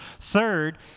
Third